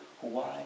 Hawaii